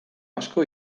asko